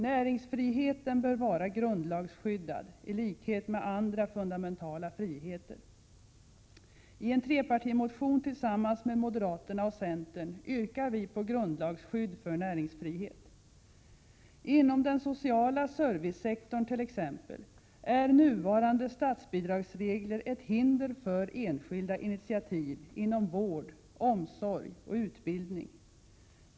Näringsfriheten bör vara grundlagsskyddad i likhet med andra fundamentala friheter. I en trepartimotion tillsammans med moderaterna och centern yrkar vi på grundlagsskydd för näringsfrihet. Inom den sociala servicesektorn t.ex. är nuvarande statsbidragsregler ett hinder för enskilda initiativ inom vård, omsorg och utbildning.